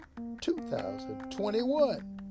2021